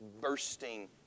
bursting